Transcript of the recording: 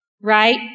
right